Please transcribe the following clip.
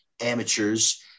Amateurs